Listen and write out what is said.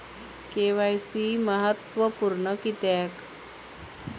KYC महत्त्वपुर्ण किद्याक?